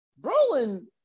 Brolin